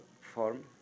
form